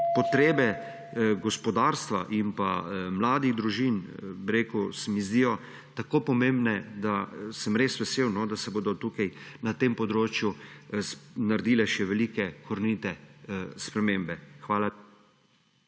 Potrebe gospodarstva in mladih družin se mi zdijo tako pomembne, da sem res vesel, da se bodo na tem področju naredile še velike, korenite spremembe. Hvala.